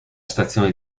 stazione